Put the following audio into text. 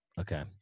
Okay